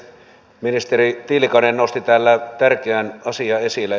ministeri tiilikainen nosti täällä tärkeän asian esille